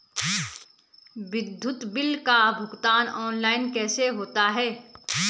विद्युत बिल का भुगतान ऑनलाइन कैसे होता है?